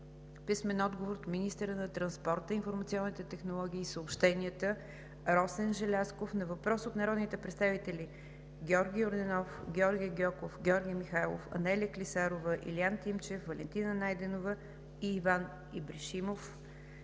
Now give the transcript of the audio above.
Найденова; - министъра на транспорта, информационните технологии и съобщенията Росен Желязков на въпрос от народните представители Георги Йорданов, Георги Гьоков, Георги Михайлов, Анелия Клисарова, Илиян Тимчев, Валентина Найденова и Иван Ибришимов;